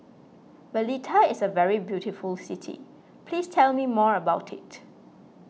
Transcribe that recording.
Valletta is a very beautiful city please tell me more about it